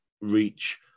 reach